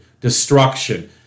destruction